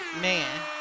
Man